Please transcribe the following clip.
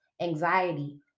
anxiety